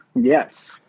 Yes